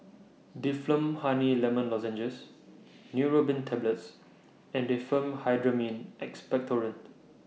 Difflam Honey Lemon Lozenges Neurobion Tablets and Diphenhydramine Expectorant